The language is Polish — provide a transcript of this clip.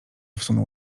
wsunął